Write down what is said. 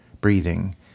breathing